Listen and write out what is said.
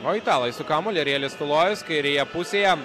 o italai su kamuoliu arielis tulojus kairėje pusėje